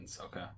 okay